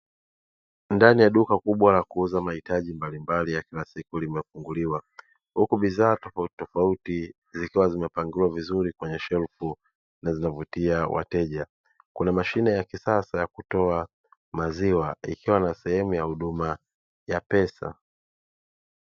Ndani ya duka kubwa la kuuza mahitaji mbalimbali ya kila siku limefunguliwa. Huku bidhaa tofautitofauti zikiwa zimepangiliwa vizuri kwenye shelfu na zinavutia wateja. Kuna mashine ya kisasa ya kutoa maziwa ikiwa na sehemu ya huduma ya pesa.